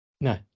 No